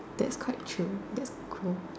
that's quite true that's cool